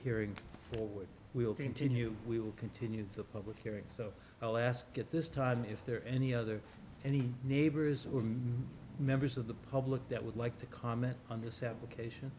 hearing forward we'll continue we will continue the public hearings so i'll ask it this time if there are any other any neighbors or members of the public that would like to comment on this application